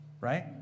right